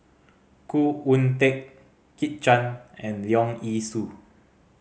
Khoo Oon Teik Kit Chan and Leong Yee Soo